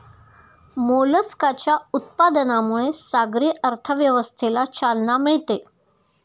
मोलस्काच्या उत्पादनामुळे सागरी अर्थव्यवस्थेला चालना मिळते